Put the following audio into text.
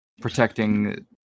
protecting